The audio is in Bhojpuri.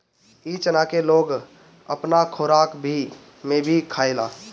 इ चना के लोग अपना खोराक में भी खायेला